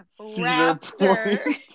Raptor